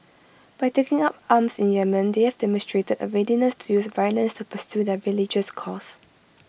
by taking up arms in Yemen they have demonstrated A readiness to use violence to pursue their religious cause